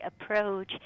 approach